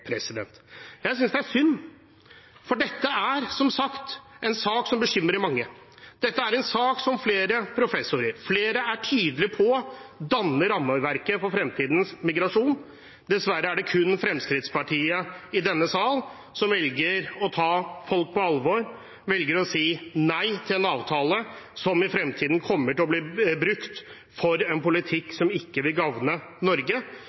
Jeg synes det er synd, for dette er som sagt en sak som bekymrer mange. Dette er en sak som flere professorer og andre er tydelige på danner rammeverket for fremtidens migrasjon. Dessverre er det kun Fremskrittspartiet i denne sal som velger å ta folk på alvor, som velger å si nei til en avtale som i fremtiden kommer til å bli brukt for en politikk som ikke vil gagne Norge.